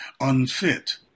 unfit